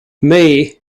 mei